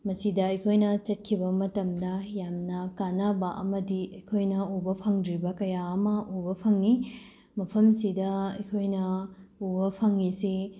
ꯃꯁꯤꯗ ꯑꯩꯈꯣꯏꯅ ꯆꯠꯈꯤꯕ ꯃꯇꯝꯗ ꯌꯥꯝꯅ ꯀꯥꯟꯅꯕ ꯑꯃꯗꯤ ꯑꯩꯈꯣꯏꯅ ꯎꯕ ꯐꯪꯗ꯭ꯔꯤꯕ ꯀꯌꯥ ꯑꯃ ꯎꯕ ꯐꯪꯉꯤ ꯃꯐꯝꯁꯤꯗ ꯑꯩꯈꯣꯏꯅ ꯎꯕ ꯐꯪꯉꯤꯁꯦ